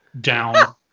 down